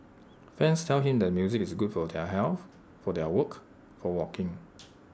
fans tell him the music is good for their health for their work for walking